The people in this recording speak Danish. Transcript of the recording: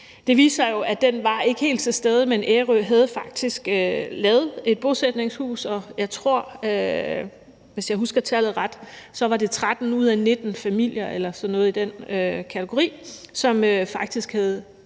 Det viste sig jo, at den ikke var helt til stede, men Ærø havde faktisk lavet et bosætningshus, og jeg tror, hvis jeg husker tallet ret, at det var 13 ud af 19 familier eller sådan noget i den kategori, som faktisk var